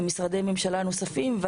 ומשרדי ממשלה נוספים.